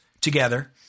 together